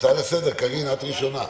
הצעה לסדר, קארין, את ראשונה.